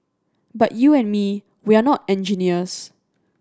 but you and me we're not engineers